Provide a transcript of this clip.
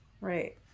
Right